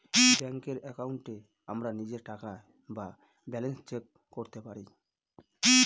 ব্যাঙ্কের একাউন্টে আমরা নিজের টাকা বা ব্যালান্স চেক করতে পারি